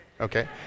okay